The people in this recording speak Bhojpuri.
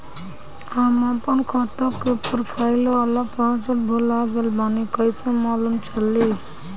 हम आपन खाता के प्रोफाइल वाला पासवर्ड भुला गेल बानी कइसे मालूम चली?